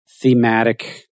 thematic